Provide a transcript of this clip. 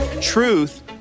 Truth